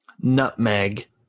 Nutmeg